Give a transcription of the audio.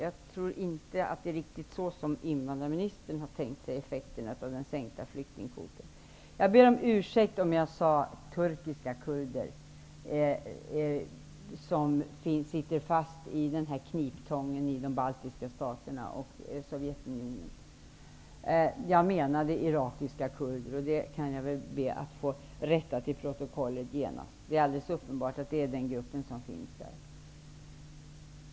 Jag tror inte att det är riktigt så som invandrarministern har tänkt sig effekterna av den sänkta flyktingkvoten. Jag ber om ursäkt om jag sade att det är turkiska kurder som sitter fast i kniptången i de baltiska staterna och i Sovjetunionen. Jag menade irakiska kurder, vilket jag genast vill få antecknat till protokollet. Det är alldeles uppenbart fråga om den gruppen.